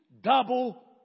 double